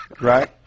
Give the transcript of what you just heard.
right